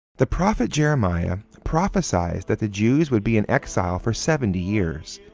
the prophet jeremiah prophesized that the jews would be in exile for seventy years.